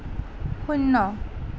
শূন্য